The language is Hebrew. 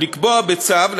לקבוע בצו,